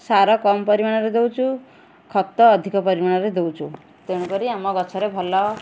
ସାର କମ୍ ପରିମାଣରେ ଦେଉଛୁ ଖତ ଅଧିକ ପରିମାଣରେ ଦେଉଛୁ ତେଣୁକରି ଆମ ଗଛରେ ଭଲ